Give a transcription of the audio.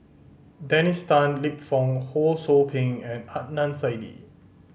Dennis Tan Lip Fong Ho Sou Ping and Adnan Saidi